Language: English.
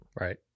Right